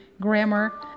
grammar